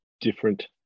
different